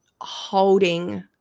holding